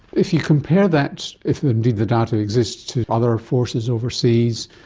if you compare that, if indeed the data exists, to other forces overseas,